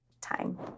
time